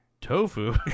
Tofu